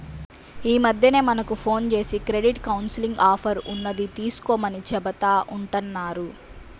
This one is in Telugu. యీ మద్దెన మనకు ఫోన్ జేసి క్రెడిట్ కౌన్సిలింగ్ ఆఫర్ ఉన్నది తీసుకోమని చెబుతా ఉంటన్నారు